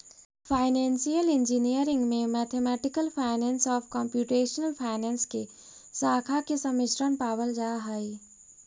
financial engineering में mathematical finance आउ computational finance के शाखा के सम्मिश्रण पावल जा हई